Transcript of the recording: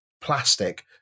plastic